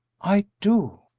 i do.